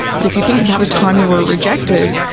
but if you think about a time you were rejected,